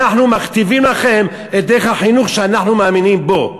אנחנו מכתיבים לכם את דרך החינוך שאנחנו מאמינים בה.